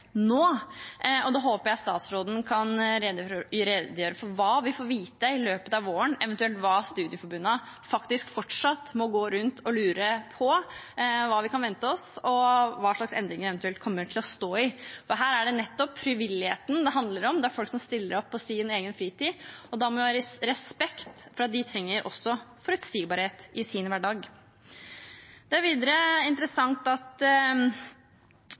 nå. Da håper jeg statsråden kan redegjøre for hva vi får vite i løpet av våren, eventuelt hva studieforbundene fortsatt må gå rundt og lure på, hva vi kan vente oss, og hva slags endringer de eventuelt kommer til å stå i. Her er det nettopp frivilligheten det handler om, det er folk som stiller opp i sin egen fritid, og da må vi ha respekt for at de også trenger forutsigbarhet i sin hverdag. Det er videre interessant at